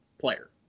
player